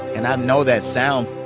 and i know that sound.